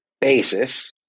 basis